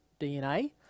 DNA